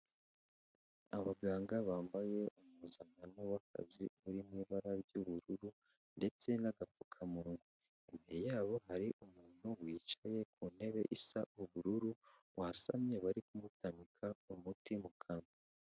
Abaganga bambaye impuzankano w'akazi uri mu ibara ry'ubururu ndetse n'agapfukamunwa, imbere yabo hari umuntu wicaye ku ntebe isa ubururu, wasamye bari kumutamika umuti mu kanwa.